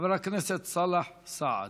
חבר הכנסת סאלח סעד.